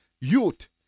youth